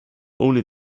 only